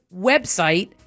website